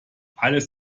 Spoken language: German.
alles